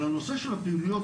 אבל הנושא של הפעילויות,